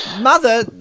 mother